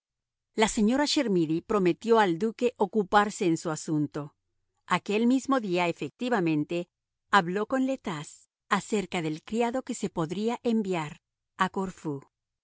la señora chermidy prometió al duque ocuparse en su asunto aquel mismo día efectivamente habló con le tas acerca del criado que se podría enviar a corfú